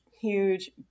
huge